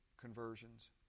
conversions